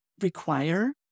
require